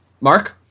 Mark